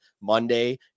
Monday